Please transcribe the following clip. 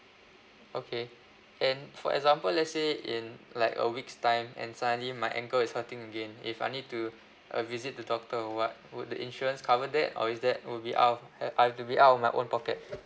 okay then for example let's say in like a week's time and suddenly my ankle is hurting again if I need to a visit to doctor or [what] would the insurance cover that or is that will be out uh I've to be out of my own pocket